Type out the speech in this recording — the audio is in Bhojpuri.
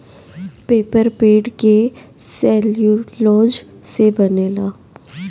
पेपर पेड़ के सेल्यूलोज़ से बनेला